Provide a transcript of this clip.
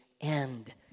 end